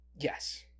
Yes